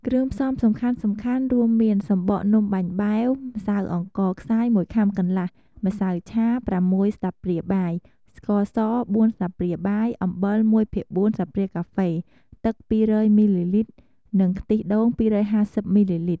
គ្រឿងផ្សំសំខាន់ៗរួមមាន សំបកនំបាញ់បែវ ម្សៅអង្ករខ្សាយ ១ខាំកន្លះ ម្សៅឆា ៦ ស្លាបព្រាបាយ ស្ករស ៤ ស្លាបព្រាបាយ អំបិល ១ភាគ៤ ស្លាបព្រាកាហ្វេ ទឹក ២០០ មីលីលីត្រ និងខ្ទិះដូង ២៥០ មីលីលីត្រ។